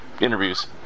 interviews